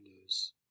news